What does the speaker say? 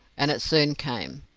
and it soon came.